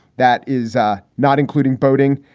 that is ah not including boating.